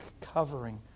covering